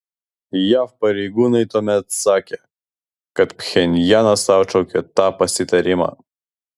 jav pareigūnai tuomet sakė kad pchenjanas atšaukė tą pasitarimą